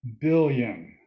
billion